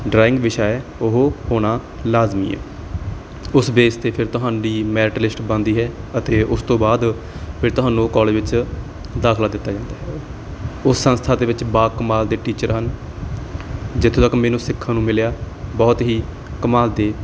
drawing ਵਿਸ਼ਾ ਹੈ ਉਹ ਹੋਣਾ ਲਾਜ਼ਮੀ ਹੈ ਉਸ ਬੇਸ 'ਤੇ ਫਿਰ ਤੁਹਾਨੂੰ ਡੀ ਮੈਰਿਟ ਲਿਸਟ ਬਣਦੀ ਹੈ ਅਤੇ ਉਸ ਤੋਂ ਬਾਅਦ ਫਿਰ ਤੁਹਾਨੂੰ ਕਾਲਜ ਵਿੱਚ ਦਾਖਲਾ ਦਿੱਤਾ ਜਾਂਦਾ ਹੈ ਉਸ ਸੰਸਥਾ ਦੇ ਵਿੱਚ ਬਾਕਮਾਲ ਦੇ ਟੀਚਰ ਹਨ ਜਿੱਥੋਂ ਤੱਕ ਮੈਨੂੰ ਸਿੱਖਣ ਨੂੰ ਮਿਲਿਆ ਬਹੁਤ ਹੀ ਕਮਾਲ ਦੇ